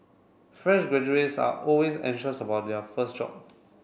fresh graduates are always anxious about their first job